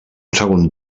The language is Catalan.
segon